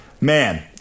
man